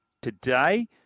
today